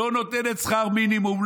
לא נותנת שכר מינימום,